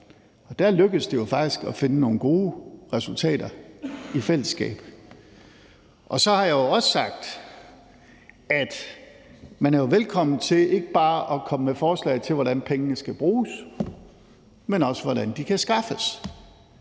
og da lykkedes det jo faktisk at finde nogle gode resultater i fællesskab. Så har jeg også sagt, at man jo er velkommen til ikke bare at komme med forslag til, hvordan pengene skal bruges, men også til, hvordan de kan skaffes.